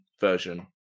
version